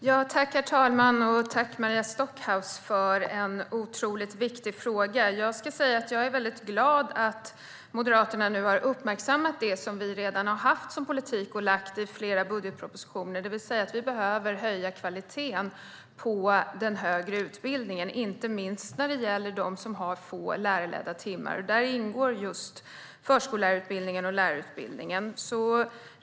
Herr talman! Jag tackar Maria Stockhaus för en otroligt viktig fråga. Jag ska säga att jag är glad att Moderaterna nu har uppmärksammat det vi redan har haft som politik och lagt fram i flera budgetpropositioner, det vill säga att kvaliteten på den högre utbildningen behöver höjas. Det gäller inte minst de utbildningar som har få lärarledda timmar, och där ingår just förskollärarutbildningen och lärarutbildningen.